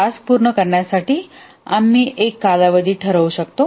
task पूर्ण करण्यासाठी आम्ही एक कालावधी ठरवू शकतो